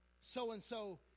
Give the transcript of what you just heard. so-and-so